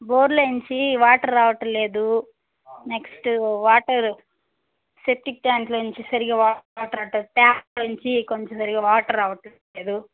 బొరులో నుంచి వాటర్ రావటం లేదు నెక్స్ట్ వాటర్ సెప్టిక్ ట్యాంకులో నుంచి సరిగ్గా వాటర్ అటు ట్యాప్లో నుంచి కొంచెం సరిగ్గా వాటర్ రావటం లేదు